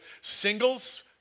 singles